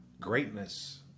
greatness